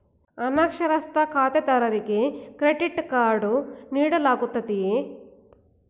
ಅನಕ್ಷರಸ್ಥ ಖಾತೆದಾರರಿಗೆ credit card ನೀಡಲಾಗುತ್ತದೆಯೇ?